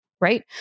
right